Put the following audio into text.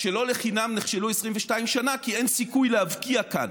שלא לחינם נכשלו 22 שנה כי אין סיכוי להבקיע כאן.